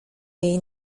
jej